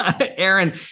Aaron